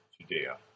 Judea